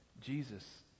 Jesus